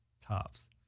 tops